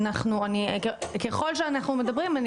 ככל שאנחנו מדברים,